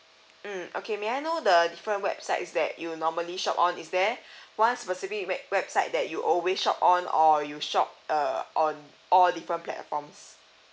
mm okay may I know the a different websites that you normally shop on is there one specific web~ website that you always shop on or you shop uh on all different platforms